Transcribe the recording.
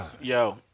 Yo